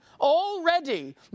already